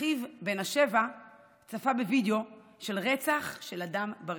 אחיו בן השבע צפה בווידיאו של רצח של אדם ברחוב.